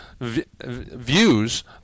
views